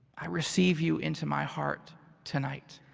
i receive you into my heart tonight